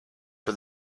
for